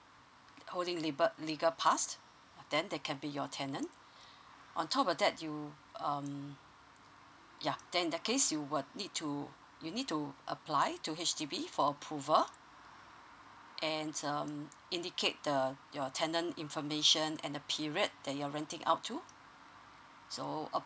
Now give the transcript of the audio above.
holding lebe~ legal past then they can be your tenant on top of that you um ya then in that case you will need to you need to apply to H_D_B for approval and um indicate the your tenant information and the period that you're renting out to so